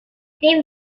sin